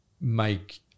make